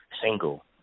single